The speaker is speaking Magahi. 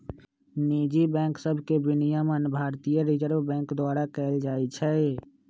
निजी बैंक सभके विनियमन भारतीय रिजर्व बैंक द्वारा कएल जाइ छइ